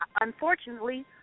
unfortunately